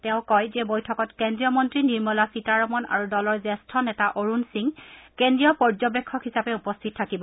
তেওঁ কয় যে বৈঠকত কেন্দ্ৰীয় মন্ত্ৰী নিৰ্মলা সীতাৰমন আৰু দলৰ জ্যেষ্ঠ নেতা অৰুণ সিং কেন্দ্ৰীয় পৰ্যবেক্ষক হিচাপে উপস্থিত থাকিব